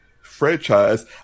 franchise